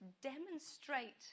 demonstrate